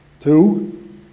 Two